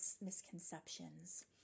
misconceptions